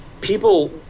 people